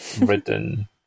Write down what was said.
written